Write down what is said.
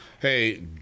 Hey